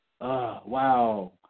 wow